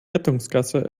rettungsgasse